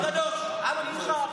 העם הקדוש, העם הנבחר.